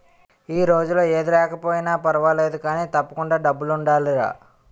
ఈ రోజుల్లో ఏది లేకపోయినా పర్వాలేదు కానీ, తప్పకుండా డబ్బులుండాలిరా